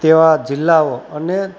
તેવા જિલ્લાઓ અને